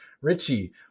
Richie